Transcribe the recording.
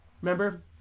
Remember